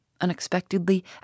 unexpectedly